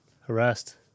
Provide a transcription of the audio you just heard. harassed